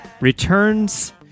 Returns